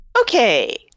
Okay